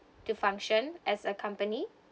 to function as a company